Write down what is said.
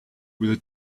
with